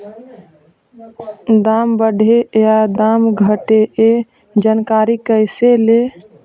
दाम बढ़े या दाम घटे ए जानकारी कैसे ले?